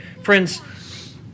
Friends